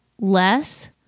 less